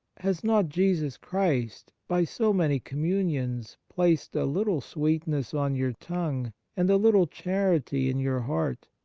has not jesus christ, by so many communions, placed a little sweetness on your tongue and a little charity in your heart?